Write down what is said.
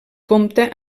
compta